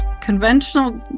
Conventional